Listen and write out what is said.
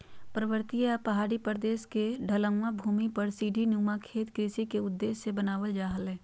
पर्वतीय या पहाड़ी प्रदेश के ढलवां भूमि पर सीढ़ी नुमा खेत कृषि के उद्देश्य से बनावल जा हल